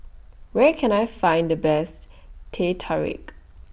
Where Can I Find The Best Teh Tarik